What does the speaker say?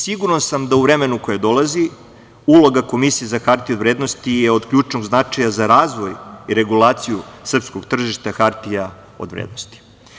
Siguran sam da u vremenu koje dolazi, uloga Komisije za hartije od vrednosti je od ključnog značaja za razvoj i regulaciju srpskog tržišta hartija od vrednosti.